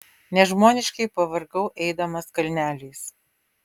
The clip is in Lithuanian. nežmoniškai pavargau eidamas kalneliais